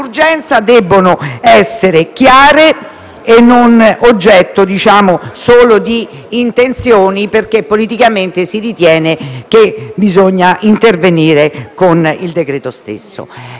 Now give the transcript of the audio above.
devono essere chiare e non oggetto di mere intenzioni, perché politicamente si ritiene che bisogna intervenire con un decreto-legge.